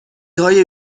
های